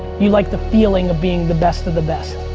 you like the feeling of being the best of the best.